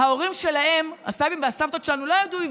אינו נוכח ינון אזולאי, אינו נוכח ישראל